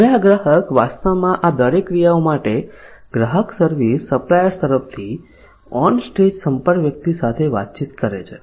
હવે આ ગ્રાહક વાસ્તવમાં આ દરેક ક્રિયાઓ માટે ગ્રાહક સર્વિસ સપ્લાયર્સ તરફથી ઓન સ્ટેજ સંપર્ક વ્યક્તિ સાથે વાતચીત કરી શકે છે